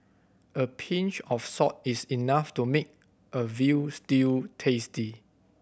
a pinch of salt is enough to make a veal stew tasty